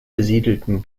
besiedelten